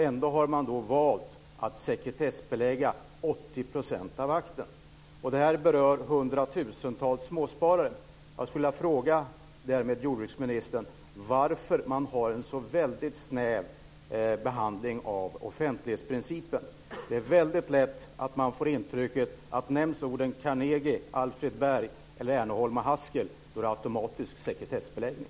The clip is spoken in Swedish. Ändå har man valt att sekretessbelägga 80 % av akten. Det här berör hundratusentals småsparare. Jag skulle vilja fråga jordbruksministern varför man har en så väldigt snäv behandling av offentlighetsprincipen. Man får lätt intrycket att om namnen Carnegie eller Alfred Berg nämns, blir det automatiskt sekretessbeläggning.